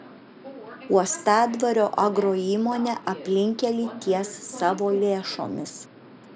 uostadvario agroįmonė aplinkkelį ties savo lėšomis